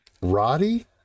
Roddy